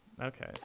Okay